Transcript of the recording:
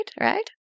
right